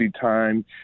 time